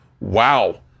Wow